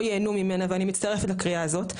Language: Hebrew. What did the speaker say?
ייהנו ממנה ואני מצטרפת לקריאה הזאת.